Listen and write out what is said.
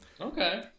Okay